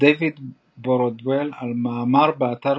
דייוויד בורדוול, מאמר באתר